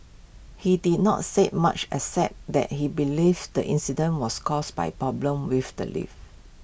he did not say much except that he believes the incident was caused by problems with the lift